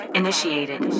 initiated